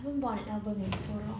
I haven't bought an album in so long